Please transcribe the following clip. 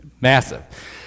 Massive